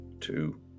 two